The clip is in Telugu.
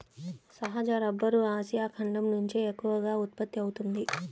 సహజ రబ్బరు ఆసియా ఖండం నుంచే ఎక్కువగా ఉత్పత్తి అవుతోంది